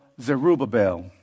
Zerubbabel